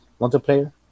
multiplayer